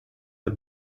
the